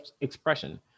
expression